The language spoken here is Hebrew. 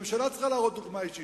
הממשלה צריכה להראות דוגמה אישית,